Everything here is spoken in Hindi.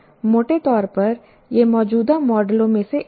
मोटे तौर पर यह मौजूदा मॉडलों में से एक है